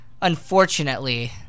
unfortunately